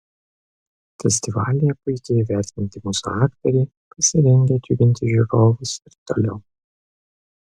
festivalyje puikiai įvertinti mūsų aktoriai pasirengę džiuginti žiūrovus ir toliau